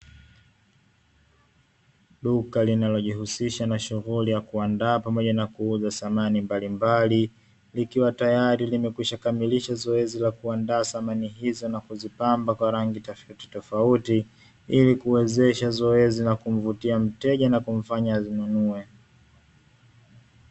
Duka linalojihusisha na shughuli ya kuandaa pamoja na kuuza samani mbalimbali likiwa tayari limekwisha kamilisha zoezi la kuandaa samani hizo na kuzipamba kwa rangi tofautitofauti ili kuwezesha zoezi la kumvutia mteja na kumfanya azinunue.